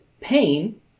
pain